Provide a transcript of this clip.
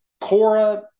Cora